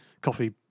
coffee